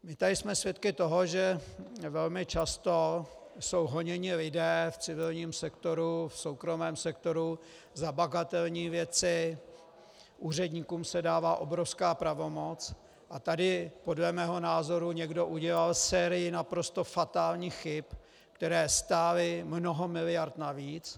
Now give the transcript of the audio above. Tady jsme svědky toho, že velmi často jsou honěni lidé v civilním sektoru, v soukromém sektoru, za bagatelní věci, úředníkům se dává obrovská pravomoc, a tady podle mého názoru někdo udělal sérii naprosto fatálních chyb, které stály mnoho miliard navíc.